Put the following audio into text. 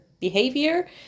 behavior